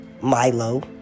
Milo